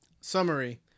Summary